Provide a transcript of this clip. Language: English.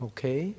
Okay